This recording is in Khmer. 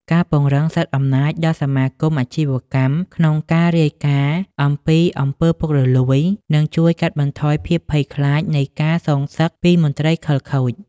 ការពង្រឹងសិទ្ធិអំណាចដល់សមាគមអាជីវកម្មក្នុងការរាយការណ៍អំពី អំពើពុករលួយ នឹងជួយកាត់បន្ថយភាពភ័យខ្លាចនៃការសងសឹកពីមន្ត្រីខិលខូច។